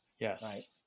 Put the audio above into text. Yes